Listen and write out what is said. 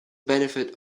benefit